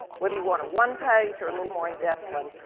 whether you want a one-page or a little more in-depth one,